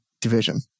division